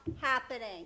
happening